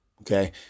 Okay